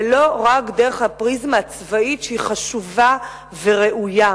ולא רק דרך הפריזמה הצבאית, שהיא חשובה וראויה.